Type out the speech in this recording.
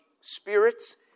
spirits